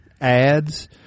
ads